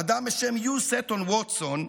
אדם בשם יו סטון ווטסון,